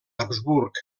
habsburg